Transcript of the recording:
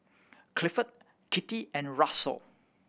Clifford Kittie and Russell